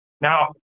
Now